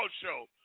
show